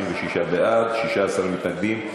16 מתנגדים,